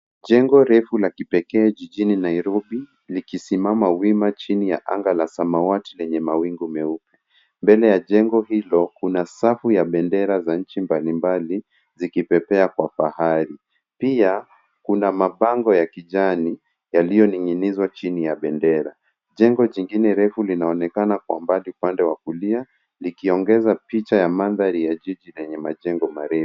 Jengo refu la kipekee jijini Nairobi likisimama wima chini ya anga la samawati lenye mawingu meupe. Mbele ya jengo hilo kuna safu ya bendera za nchi mbalimbali zikipepea kwa fahari. Pia kuna mabango ya kijani yaliyoning'inizwa chini ya bendera. Jengo jingine refu linaonekana kwa mbali upande wa kulia likiongeza mandhari ya jiji yenye majengo marefu.